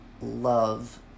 love